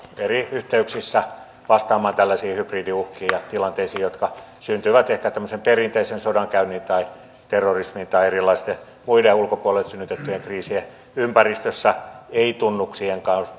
eri yhteyksissä tällaisiin hybridiuhkiin ja tilanteisiin jotka syntyivät ehkä tämmöisen perinteisen sodankäynnin tai terrorismin tai erilaisten muiden ulkopuolelta synnytettyjen kriisien ympäristössä ei tunnuksien